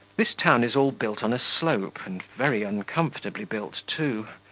this town is all built on a slope, and very uncomfortably built, too.